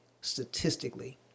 Statistically